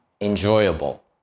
enjoyable